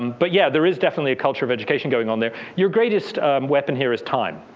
um but yeah, there is definitely a culture of education going on there. your greatest weapon here is time.